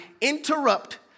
interrupt